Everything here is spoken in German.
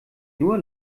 nur